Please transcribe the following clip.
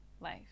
life